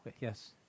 Yes